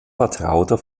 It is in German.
vertrauter